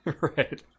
Right